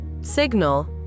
Signal